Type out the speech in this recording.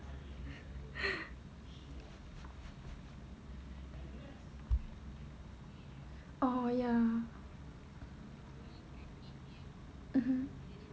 oh ya mmhmm